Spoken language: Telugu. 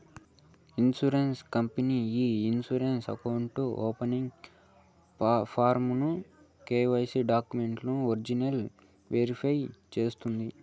ఇన్సూరెన్స్ కంపనీ ఈ ఇన్సూరెన్స్ అకౌంటు ఓపనింగ్ ఫారమ్ ను కెవైసీ డాక్యుమెంట్లు ఒరిజినల్ వెరిఫై చేస్తాది